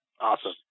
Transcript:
Awesome